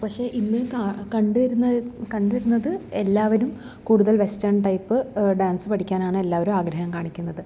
പക്ഷേ ഇന്ന് ക കണ്ടുവരുന്ന കണ്ടുവരുന്നത് എല്ലാവരും കൂടുതൽ വെസ്റ്റേൺ ടൈപ്പ് ഡാൻസ് പഠിക്കാനാണ് എല്ലാവരും ആഗ്രഹം കാണിക്കുന്നത്